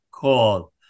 called